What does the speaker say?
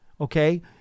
okay